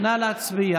ההצעה